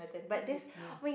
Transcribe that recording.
what's his name